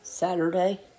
Saturday